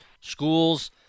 schools